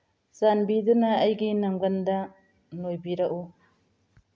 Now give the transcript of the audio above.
ꯆꯥꯟꯕꯤꯗꯨꯅ ꯑꯩꯒꯤ ꯅꯪꯒꯟꯗ ꯅꯣꯏꯕꯤꯔꯛꯎ